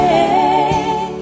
Hey